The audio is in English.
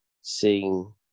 seeing